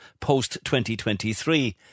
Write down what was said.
post-2023